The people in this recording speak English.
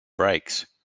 brakes